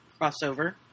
crossover